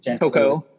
Coco